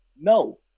No